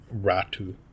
Ratu